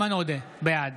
בעד